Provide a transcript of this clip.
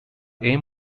aim